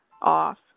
off